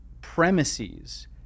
premises